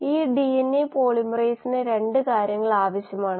കാരണം ഈ പ്രക്രിയ വളരെ വേഗതയുള്ളതാണ് ഈ പ്രക്രിയ വളരെ മന്ദഗതിയിലാണ്